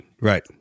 right